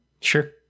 Sure